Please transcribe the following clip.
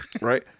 Right